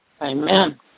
Amen